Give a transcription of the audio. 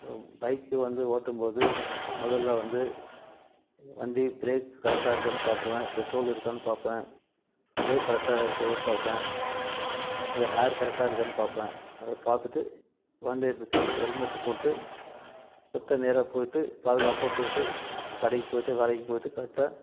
bike வந்து ஓட்டும்போது முதலில் வந்து வண்டி ப்ரேக் கரெக்டாக இருக்கானு பார்க்குவேன் பெட்ரோல் இருக்கானு பார்ப்பேன் ப்ரேக் கரெக்டாக இருக்கானு பார்ப்பேன் அப்புறம் ஏர் கரெக்டாக இருக்கானு பார்ப்பேன் அதை பார்த்துட்டு வண்டி எடுத்துட்டு ஹெல்மெட்டு போட்டு போட்டு நேரே போயிட்டு பாதுகாப்பாக போயிட்டு கடைக்குப் போயிட்டு கடைக்குப் போயிட்டு கரெக்டாக